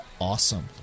awesome